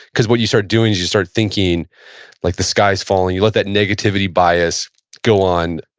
because what you start doing is you start thinking like the sky's falling. you let that negativity bias go on,